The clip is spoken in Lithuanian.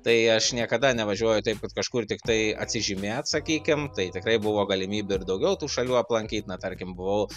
tai aš niekada nevažiuoju taip kad kažkur tiktai atsižymėt sakykim tai tikrai buvo galimybė ir daugiau tų šalių aplankyt na tarkim buvau